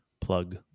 Plug